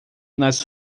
nas